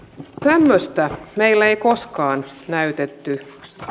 tämmöistä meille ei koskaan näytetty